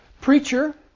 preacher